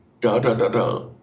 da-da-da-da